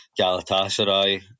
Galatasaray